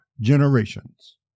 generations